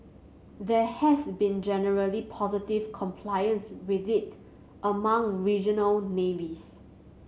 there has been generally positive compliance with it among regional navies